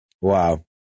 Wow